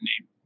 name